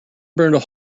burned